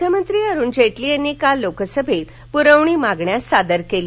अर्थमंत्री अर्थमंत्री अरुण जेटली यांनी काल लोकसभेत प्रवणी मागण्या सादर केल्या